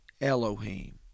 Elohim